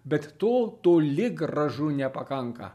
bet to toli gražu nepakanka